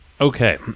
okay